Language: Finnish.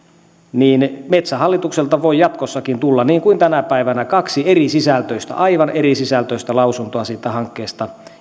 niin metsähallitukselta voi jatkossakin tulla niin kuin tänä päivänä kaksi aivan erisisältöistä lausuntoa siitä hankkeesta